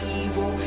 evil